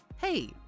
Hey